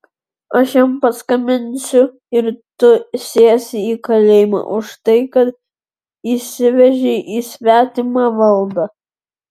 aš jam paskambinsiu ir tu sėsi į kalėjimą už tai kad įsiveržei į svetimą valdą